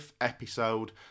episode